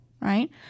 right